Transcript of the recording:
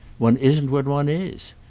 one isn't when one is.